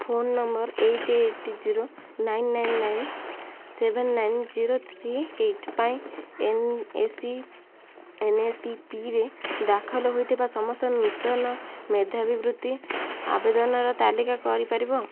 phone number eight eight zero nine nine nine seven nine zero three eight ପାଇଁ N A C ଏନ୍ଏସ୍ପିରେ ଦାଖଲ ହୋଇଥିବା ସମସ୍ତ ନୂତନ ମେଧାବି ବୃତ୍ତି ଆବେଦନର ତାଲିକା କରିପାରିବ